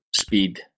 speed